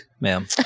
ma'am